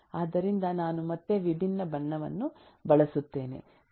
ಆದ್ದರಿಂದ ನಾನು ಮತ್ತೆ ವಿಭಿನ್ನ ಬಣ್ಣವನ್ನು ಬಳಸುತ್ತೇನೆ